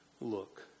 Look